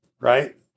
right